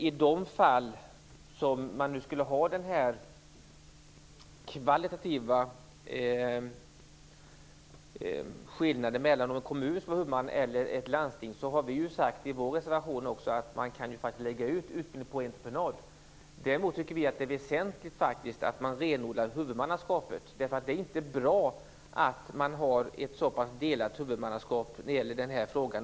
I de fall där man skulle ha den här kvalitativa skillnaden mellan en kommun och ett landsting som huvudman, har vi i vår reservation sagt att man faktiskt kan lägga ut utbildningen på entreprenad. Däremot tycker vi att det är väsentligt att man renodlar huvudmannaskapet. Det är inte bra att man har ett så pass delat huvudmannaskap när det gäller den här frågan.